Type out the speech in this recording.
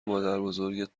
مادربزرگت